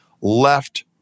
left